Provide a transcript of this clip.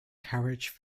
carriage